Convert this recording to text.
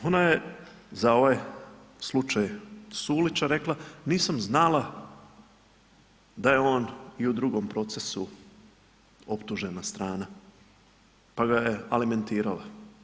Ona je za ovaj slučaj ... rekla, nisam znala da je on i u drugom procesu optužena strana, pa ga je alimentirala.